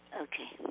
Okay